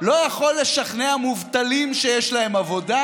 לא יכול לשכנע מובטלים שיש להם עבודה,